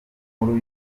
nkuru